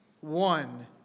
one